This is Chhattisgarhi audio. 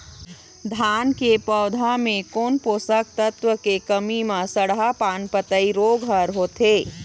धान के पौधा मे कोन पोषक तत्व के कमी म सड़हा पान पतई रोग हर होथे?